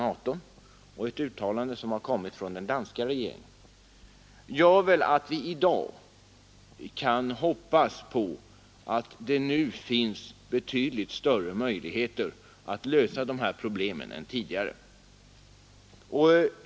18 och ett uttalande från den danska regeringen — gör att vi nu kan hoppas att det finns betydligt större möjligheter att lösa dessa problem än tidigare.